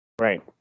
Right